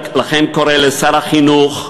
לכן אני קורא לשר החינוך,